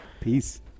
Peace